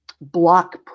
block